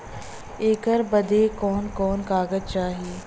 ऐकर बदे कवन कवन कागज चाही?